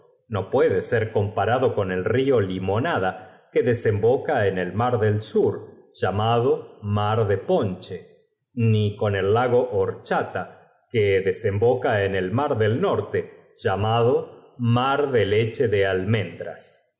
no puede ser comparado con el rio limonada que desomboca en el mar del sur llamado mar de ponche ni con ol lago horchata que desemboca en el mar del norte llamado mar de leche do al